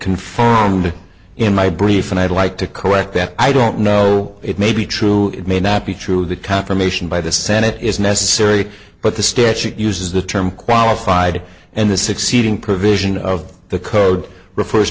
conformed in my brief and i'd like to correct that i don't know it may be true it may not be true that confirmation by the senate is necessary but the statute uses the term qualified and the succeeding provision of the code refers